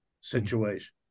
situation